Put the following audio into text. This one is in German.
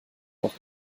auch